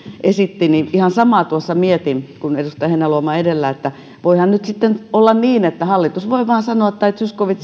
esitti ihan samaa tuossa mietin kuin edustaja heinäluoma edellä että voihan nyt sitten olla niin että hallitus tai tai zyskowicz